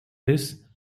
this